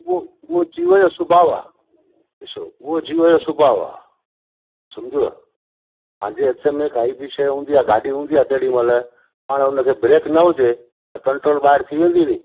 उहो उहो जीवन जो सुभाउ आहे ॾिसो उहो जीवन जो सुभाउ आहे समुझयुव पंहिंजे हथ में काई बि शइ हूंदी आहे गाॾी हूंदी आहे तेॾी महिल पाणि हुन खे ब्रेक न हुजे त कंट्रोल ॿाहिरि थी वेंदी नी